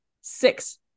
six